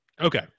Okay